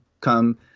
come